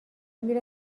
میره